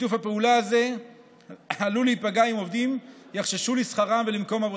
שיתוף הפעולה הזה עלול להיפגע אם עובדים יחששו לשכרם ולמקום עבודתם.